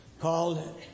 called